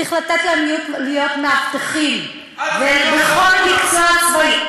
גם בדרום וגם בצפון.